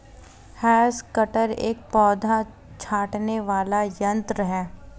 has cutter एक पौधा छाँटने वाला यन्त्र है